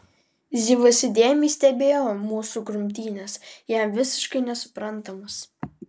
zivas įdėmiai stebėjo mūsų grumtynes jam visiškai nesuprantamas